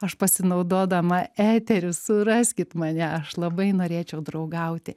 aš pasinaudodama eteriu suraskit mane aš labai norėčiau draugauti